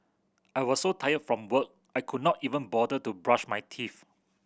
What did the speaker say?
I was so tired from work I could not even bother to brush my teeth